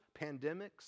pandemics